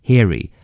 Harry，